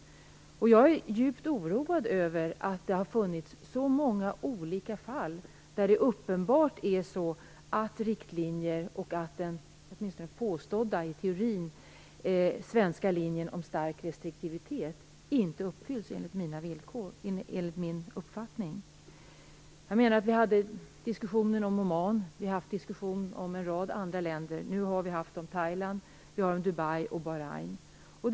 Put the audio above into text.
Jag är djupt oroad över att det har förekommit så många fall där det uppenbart är så, att riktlinjerna om stark restriktivitet - som påstås vara den svenska linjen, åtminstone i teorin - inte efterlevs enligt min uppfattning. Vi har haft diskussioner om Oman och en rad andra länder, om Thailand, Dubai och Bahrain.